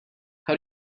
how